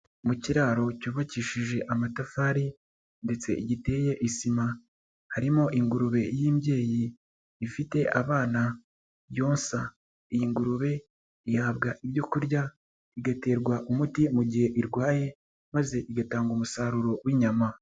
Mu kiraro cyubakishije amatafari ndetse giteye isima, harimo ingurube y'imbyeyi ifite abana yonsa, iyi ngurube ihabwa ibyokurya, igaterwa umuti mu gihe irwaye maze igatanga umusaruro w'inyama.